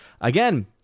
Again